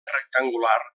rectangular